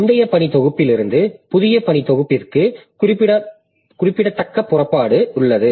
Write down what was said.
முந்தைய பணி தொகுப்பிலிருந்து புதிய பணி தொகுப்பிற்கு குறிப்பிடத்தக்க புறப்பாடு உள்ளது